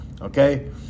Okay